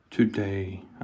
Today